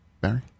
Barry